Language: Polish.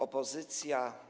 Opozycja.